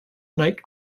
night